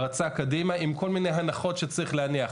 הרצה קדימה עם כל מיני הנחות שצריך להניח